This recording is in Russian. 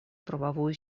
правовую